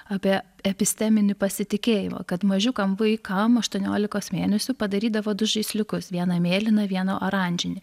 apie episteminį pasitikėjimą kad mažiukam vaikam aštuoniolikos mėnesių padarydavo du žaisliukus vieną mėlyną vieną oranžinį